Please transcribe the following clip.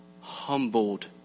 humbled